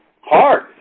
hard